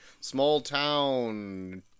small-town